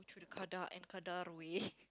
through the qada' and qadar way